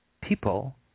people